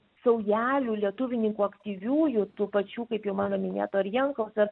saujelių lietuvininkų aktyviųjų tų pačių kaip jau mano minėto ar jankaus ar